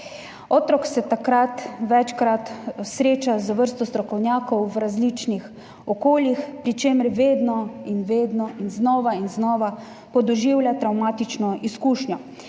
Otrok se takrat večkrat sreča z vrsto strokovnjakov v različnih okoljih, pri čemer vedno in vedno in znova in znova podoživlja travmatično izkušnjo,